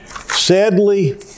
sadly